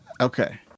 Okay